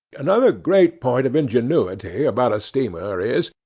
another great point of ingenuity about a steamer is,